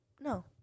No